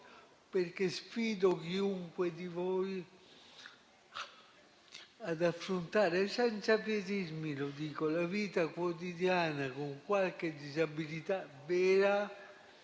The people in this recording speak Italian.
perché sfido chiunque di voi ad affrontare - lo dico senza pietismi - la vita quotidiana con qualche disabilità vera